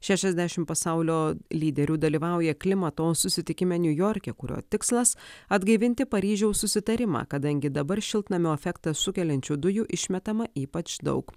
šešiasdešim pasaulio lyderių dalyvauja klimato susitikime niujorke kurio tikslas atgaivinti paryžiaus susitarimą kadangi dabar šiltnamio efektą sukeliančių dujų išmetama ypač daug